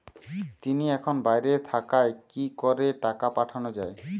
তিনি এখন বাইরে থাকায় কি করে টাকা পাঠানো য়ায়?